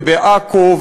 ובעכו,